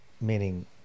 meaning